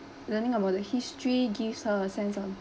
learning about the history gives her a sense on